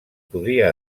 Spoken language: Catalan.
podria